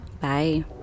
Bye